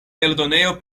eldonejo